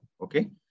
Okay